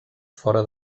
fora